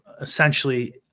essentially